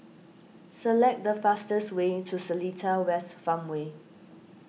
select the fastest way to Seletar West Farmway